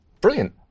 Brilliant